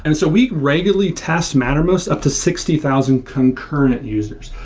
and so we regularly test mattermost up to sixty thousand concurrent users.